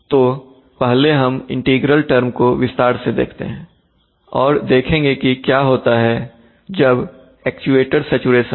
तो पहले हम इंटीग्रल टर्म को विस्तार से देखते हैं और देखेंगे कि क्या होता है जब एक्चुएटर सैचुरेशन हो